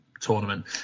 tournament